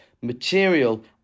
material